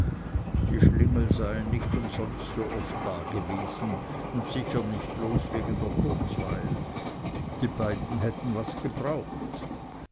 die schlingel seien nicht umsonst so oft dagewesen und sicher nicht bloß wegen der kurzweil die beiden hätten was gebraucht